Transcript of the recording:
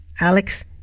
Alex